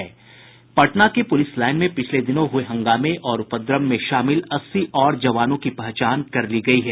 पटना के police line में पिछले दिनों हुए हंगामे और उपद्रव में शामिल अस्सी और जवानों की पहचान कर ली गयी है